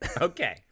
Okay